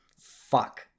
fuck